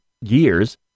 years